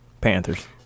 panthers